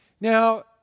Now